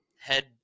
head